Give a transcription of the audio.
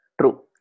true